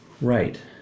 right